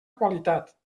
qualitat